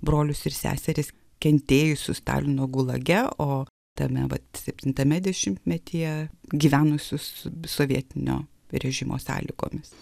brolius ir seseris kentėjusius stalino gulage o tame vat septintame dešimtmetyje gyvenusius sovietinio režimo sąlygomis